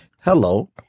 Hello